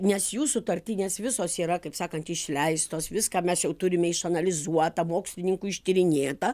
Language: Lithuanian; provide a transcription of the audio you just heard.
nes jų sutartinės visos yra kaip sakant išleistos viską mes jau turime išanalizuota mokslininkų ištyrinėta